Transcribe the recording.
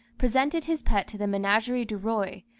presented his pet to the menagerie du roi,